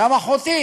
גם אחותך.